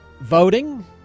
voting